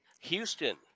houston